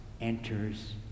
enters